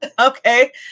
okay